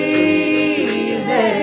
easy